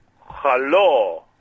Hello